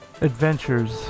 Adventures